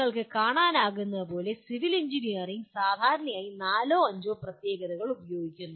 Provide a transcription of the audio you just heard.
നിങ്ങൾക്ക് കാണാനാകുന്നതുപോലെ civil engineering സാധാരണയായി നാലോ അഞ്ചോ പ്രത്യേകതകൾ ഉപയോഗിക്കുന്നു